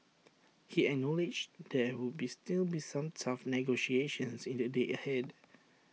he acknowledged there would be still be some tough negotiations in the days ahead